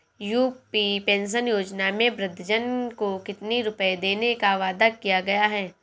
UP pension योजना में वृद्धजन को कितनी रूपये देने का वादा किया गया है?